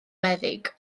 meddyg